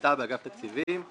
קליטה באגף התקציבים.